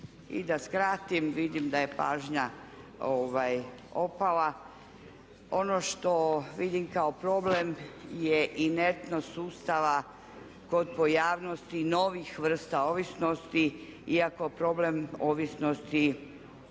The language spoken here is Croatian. I da skratim, vidim da je pažnja opala. Ono što vidim kao problem je inertnost sustava kod pojavnosti novih vrsta ovisnosti iako problem ovisnosti